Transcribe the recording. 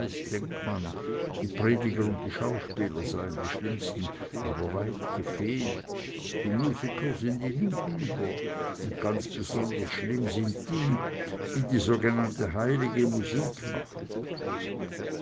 denkt man die prediger und die schauspieler seien die schlimmsten aber weit gefehlt die musiker sind ihnen über und ganz besonders schlimm sind die die die sogenannte heilige musik machen